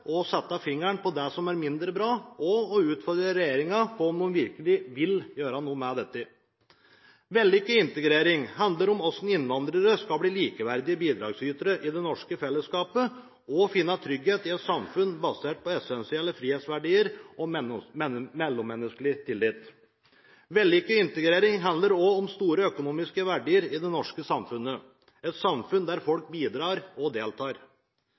å sette fingeren på det som er mindre bra, og å utfordre regjeringen på om de virkelig vil gjøre noe med dette. Vellykket integrering handler om hvordan innvandrere skal bli likeverdige bidragsytere i det norske fellesskapet, og finne trygghet i et samfunn basert på essensielle frihetsverdier og mellommenneskelig tillit. Vellykket integrering handler også om store økonomiske verdier i det norske samfunnet, et samfunn der folk bidrar og deltar.